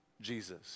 Jesus